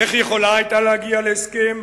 איך יכולה היתה להגיע להסכם?